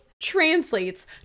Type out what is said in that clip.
translates